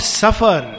suffer